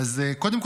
אז קודם כול,